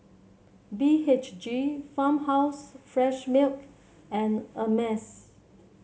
B H G Farmhouse Fresh Milk and Ameltz